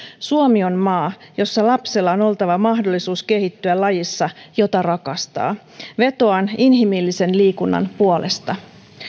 suomi on maa jossa lapsella on oltava mahdollisuus kehittyä lajissa jota rakastaa vetoan inhimillisen liikunnan puolesta